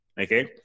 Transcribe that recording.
okay